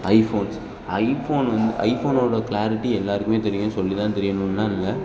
iPhones iPhone வந்து ஐஃபோனோடய clarity எல்லோருக்குமே தெரியும் சொல்லி தான் தெரியணும்லாம் இல்லை